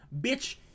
Bitch